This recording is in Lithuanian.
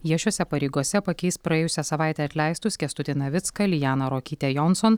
jie šiose pareigose pakeis praėjusią savaitę atleistus kęstutį navicką lianą ruokytę jonson